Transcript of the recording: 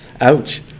ouch